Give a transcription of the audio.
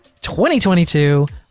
2022